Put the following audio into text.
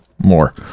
More